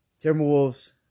Timberwolves